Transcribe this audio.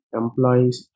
employees